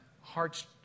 hearts